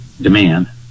demand